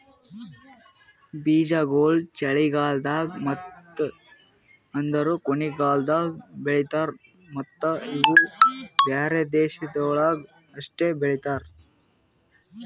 ಬೀಜಾಗೋಳ್ ಚಳಿಗಾಲ್ದಾಗ್ ಮತ್ತ ಅದೂರು ಕೊನಿದಾಗ್ ಬೆಳಿತಾರ್ ಮತ್ತ ಇವು ಬ್ಯಾರೆ ದೇಶಗೊಳ್ದಾಗ್ ಅಷ್ಟೆ ಬೆಳಿತಾರ್